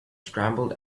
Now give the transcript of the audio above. scrambled